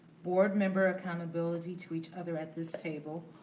board member accountability to each other at this table,